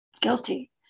guilty